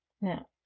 Now